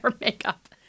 makeup